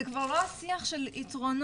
זה כבר לא השיח של יתרונות,